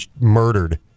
murdered